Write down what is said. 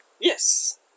Yes